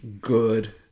good